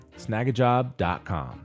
Snagajob.com